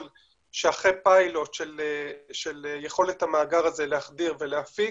שאחרי פיילוט של יכולת המאגר הזה להפיק,